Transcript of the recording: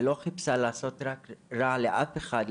היא לא חיפשה לעשות רע לאף אחד,